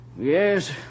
Yes